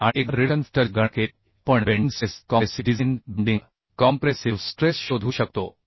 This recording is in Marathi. आणि एकदा रिडक्शन फॅक्टरची गणना केली की आपण bending stress compressive design bending compressive stress शोधू शकतो